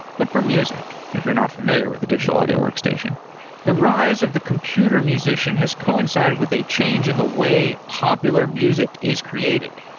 but for music, if you're not familiar with a digital audio workstation the rise of the computer musician has coincided with a change in the way popular music is created.